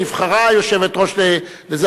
נבחרה יושבת-ראש לזה,